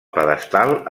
pedestal